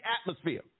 atmosphere